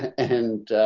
and